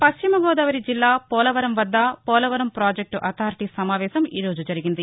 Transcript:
పశ్చిమ గోదావరి జిల్లా పోలవరం వద్ద పోలవరం పాజెక్టు అథారిటీ సమావేశం ఈ రోజు జరిగింది